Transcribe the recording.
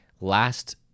last